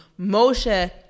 Moshe